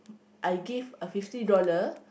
I give a fifty dollar